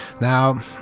Now